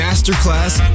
Masterclass